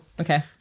okay